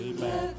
Amen